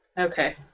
Okay